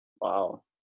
Wow